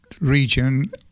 region